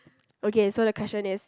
okay so the question is